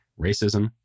racism